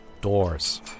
Doors